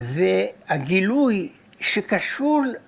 ‫והגילוי שקשור...